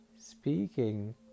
speaking